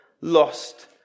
lost